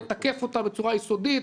לתקף אותה בצורה יסודית,